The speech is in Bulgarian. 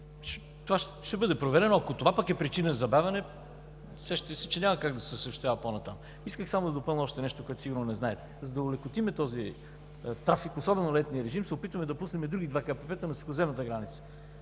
това ще бъде проверено. Ако пък това е причина за забавянето, сещате се, че няма как да се осъществява по-натам. Исках само да допълня още нещо, което сигурно не знаете. За да олекотим този трафик, особено през летния режим, се опитваме да пуснем и други два ГКПП-та на сухоземната граница